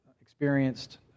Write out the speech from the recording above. experienced